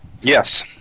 Yes